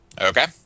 Okay